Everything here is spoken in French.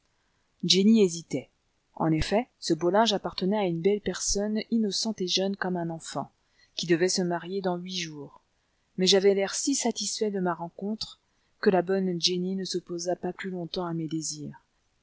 jenny hésitait en effet ce beau linge appartenait à une belle personne innocente et jeune comme un enfant qui devait se marier dans huit jours mais j'avais l'air si satisfait de ma rencontre que la bonne jenny ne s'opposa pas plus longtemps à mes désirs